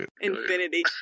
infinity